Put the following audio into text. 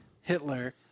Hitler